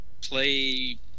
play